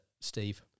Steve